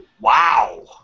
Wow